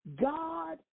God